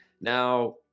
Now